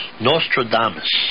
Nostradamus